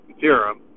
theorem